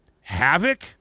Havoc